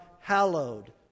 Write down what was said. hallowed